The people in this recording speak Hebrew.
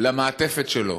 למעטפת שלו.